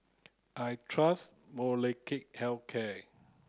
I trust Molnylcke health care